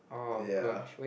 ya